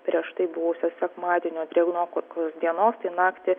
prieš tai buvusio sekmadienio drėgnokos dienos tai naktį